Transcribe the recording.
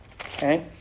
Okay